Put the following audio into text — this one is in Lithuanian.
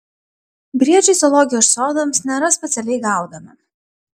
briedžiai zoologijos sodams nėra specialiai gaudomi